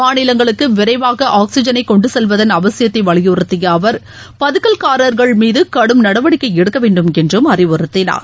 மாநிலங்களுக்குவிரைவாக ஆக்ஸிஜனைகொண்டுசெல்வதன் அவசியத்தைவலியுறுத்தியஅவர் பதுக்கல்காரர்கள் மீதுகடும் நடவடிக்கை எடுக்கவேண்டும் என்றும்அறிவுறுத்தினார்